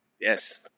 Yes